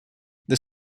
the